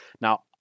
Now